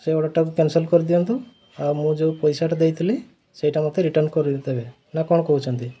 ସେ ଅର୍ଡ଼ର୍ଟାକୁ କ୍ୟାନସଲ୍ କରିଦିଅନ୍ତୁ ଆଉ ମୁଁ ଯେଉଁ ପଇସାଟା ଦେଇଥିଲି ସେଇଟା ମୋତେ ରିଟର୍ଣ୍ଣ କରିଦେବେ ନା କ'ଣ କହୁଛନ୍ତି